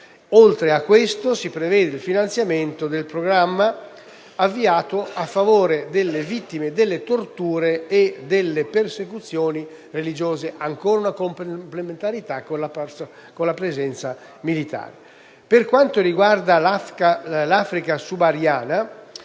al riguardo. Si prevede inoltre il finanziamento del programma avviato in favore delle vittime delle torture e delle persecuzioni religiose (ancora una complementarità con la presenza militare). Quanto all'Africa subsahariana,